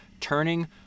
turning